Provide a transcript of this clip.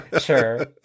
Sure